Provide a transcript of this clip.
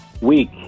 week